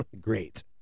Great